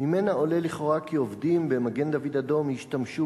וממנה עולה לכאורה כי עובדים במגן-דוד-אדום השתמשו